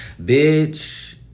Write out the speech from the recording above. Bitch